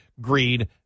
greed